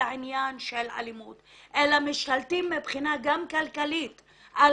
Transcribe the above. העניין של אלימות אלא משתלטים גם מבחינה כלכלית על